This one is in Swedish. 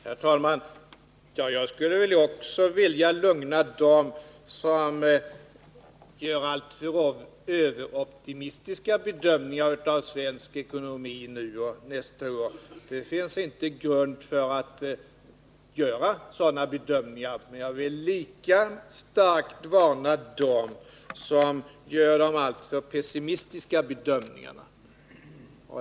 Herr talman! Jag skulle också vilja lugna ned dem som gör alltför överoptimistiska bedömningar av svensk ekonomi nu och nästa år. Det finns inte grund för att göra sådana bedömningar. Men jag vill lika starkt varna dem som gör alltför pessimistiska bedömningar.